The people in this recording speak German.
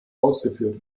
ausgeführt